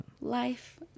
Life